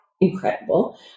incredible